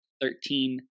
thirteen